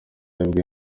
ahubwo